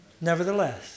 Nevertheless